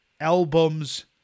albums